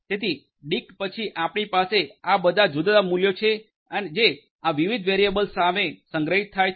તેથી ડીકટ પછી આપણી પાસે આ બધા જુદા જુદા મૂલ્યો છે જે આ વિવિધ વેરિયેબલ સામે સંગ્રહિત થાય છે